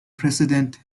president